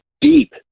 deep